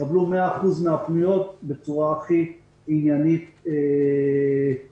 תקבלו מאה אחוז מהפניות בצורה הכי עניינית ו --- מצוין.